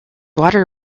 water